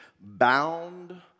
bound